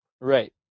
right